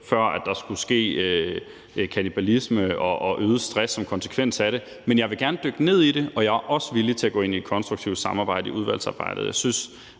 at der skulle ske kannibalisme og øget stress som konsekvens af det. Men jeg vil gerne dykke ned i det, og jeg er også villig til at gå ind i et konstruktivt samarbejde i udvalgsarbejdet.